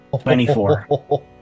Twenty-four